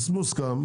אז מוסכם,